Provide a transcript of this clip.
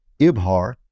Ibhar